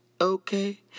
okay